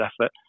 effort